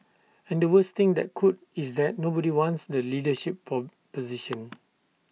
and the worst thing that could is that nobody wants the leadership position